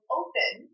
open